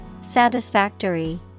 Satisfactory